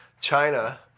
China